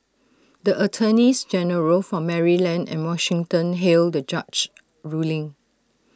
the attorneys general for Maryland and Washington hailed the judge's ruling